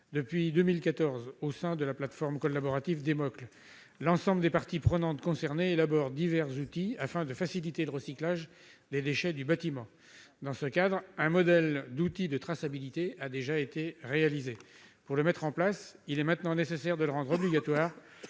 Depuis 2014, au sein de la plateforme collaborative Démoclès, l'ensemble des parties prenantes concernées élabore divers outils, afin de faciliter le recyclage des déchets du bâtiment. Dans ce cadre, un modèle d'outil de traçabilité a été réalisé. Pour mettre en place celui-ci, il est maintenant nécessaire de le rendre obligatoire,